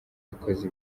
ikoze